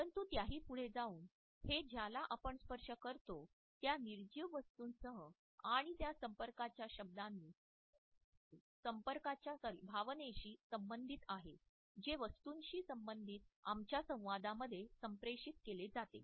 परंतु त्याही पुढे जाऊन हे ज्याला आपण स्पर्श करतो त्या निर्जीव वस्तूंसह आणि त्या संपर्काच्या भावनेशी संबंधित आहे जे वस्तूंशी संबंधित आमच्या संवादामध्ये संप्रेषित केले जाते